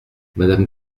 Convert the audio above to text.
madame